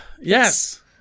yes